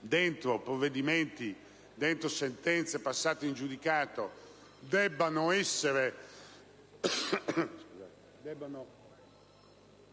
dentro provvedimenti e sentenze passate in giudicato debbano essere